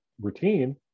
routine